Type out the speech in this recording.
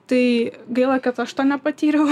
tai gaila kad aš to nepatyriau